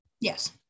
Yes